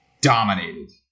dominated